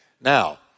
Now